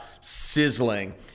sizzling